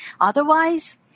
Otherwise